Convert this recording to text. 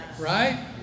Right